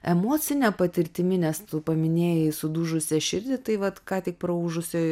emocine patirtimi nes tu paminėjai sudužusią širdį tai vat ką tik praūžusioj